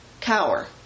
cower